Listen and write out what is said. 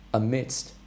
amidst